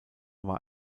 war